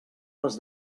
les